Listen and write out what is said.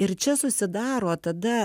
ir čia susidaro tada